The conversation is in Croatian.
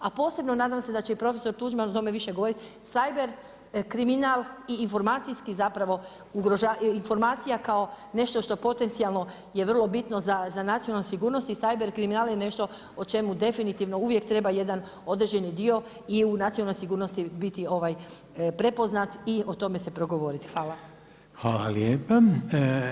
A posebno nadam se da će i profesor Tuđman o tome više govoriti, cyber kriminal i informacijski zapravo, informacija kao nešto što potencijalno je vrlo bitno za nacionalnu sigurnost i cyber kriminal je nešto o čemu definitivno treba jedan određeni dio i u nacionalnoj sigurnosti biti prepoznat i o tome se progovoriti.